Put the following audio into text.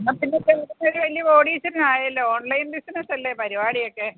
അന്നത്തതിനും വലിയ കോടീശ്വരനായല്ലോ ഓൺലൈൻ ബിസിനസ്സല്ലേ പരിപാടിയൊക്കെ